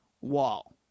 wall